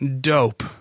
dope